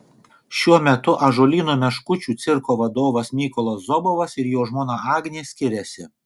šiuo metu ąžuolyno meškučių cirko vadovas mykolas zobovas ir jo žmona agnė skiriasi